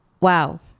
wow